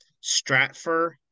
Stratford